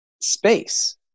space